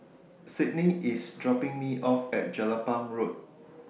Sydney IS dropping Me off At Jelapang Road